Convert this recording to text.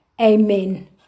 Amen